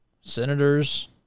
senators